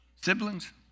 siblings